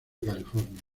california